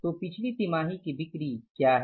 तो पिछली तिमाही की बिक्री क्या है